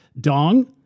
Dong